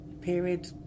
period